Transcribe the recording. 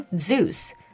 Zeus